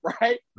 right